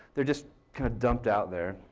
they're just kind of dumped out there.